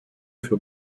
für